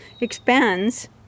expands